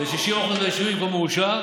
ב-60% מהיישובים כבר מאושר